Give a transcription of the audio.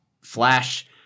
Flash